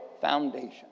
foundation